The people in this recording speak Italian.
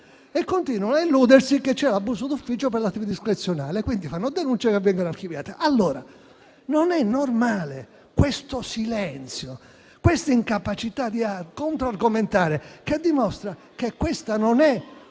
e continuano a illudersi che ci sia l'abuso d'ufficio per l'attività discrezionale, quindi fanno denunce che vengano archiviate. Non è normale questo silenzio, né questa incapacità di controargomentare, che dimostra che non si